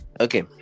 Okay